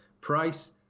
price